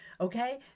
Okay